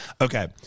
Okay